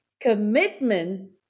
commitment